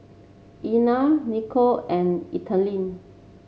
Erna Nicolle and Ethelene